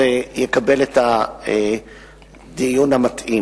זה יקבל את הדיון המתאים.